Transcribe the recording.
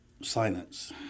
Silence